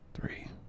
Three